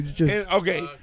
Okay